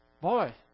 Boy